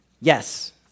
Yes